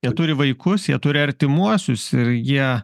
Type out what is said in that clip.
jie turi vaikus jie turi artimuosius ir jie